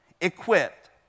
Equipped